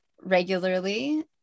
regularly